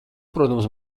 protams